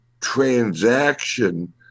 transaction